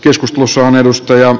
joskus museon edustajaa